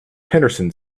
henderson